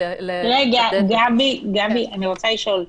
רגע, גבי, אני רוצה לשאול: